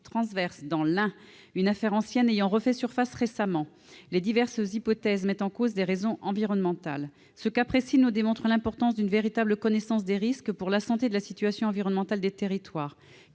dans l'Ain, une affaire ancienne ayant refait surface récemment. Les diverses hypothèses mettent en cause des raisons environnementales. Ce cas précis nous démontre l'importance d'avoir une véritable connaissance des risques pour la santé de la situation environnementale des territoires.